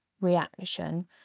reaction